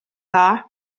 dda